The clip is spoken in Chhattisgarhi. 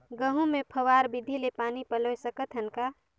गहूं मे फव्वारा विधि ले पानी पलोय सकत हन का?